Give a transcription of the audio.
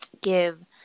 give